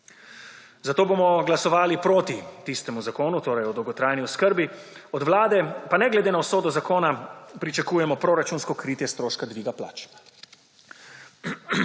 Zato bomo glasovali proti tistemu zakonu, torej o dolgotrajni oskrbi. Od Vlade, pa ne glede na usodo zakona, pričakujemo proračunsko kritje stroška dviga plač.